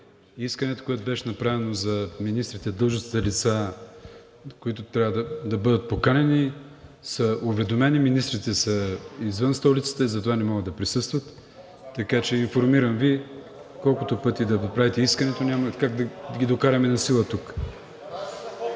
искането, което беше направено за министрите, длъжностните лица, които трябва да бъдат поканени, са уведомени. Министрите са извън столицата и затова не могат да присъстват. Така че информирам Ви, колкото пъти да го правите искането, няма как да ги докараме насила тук.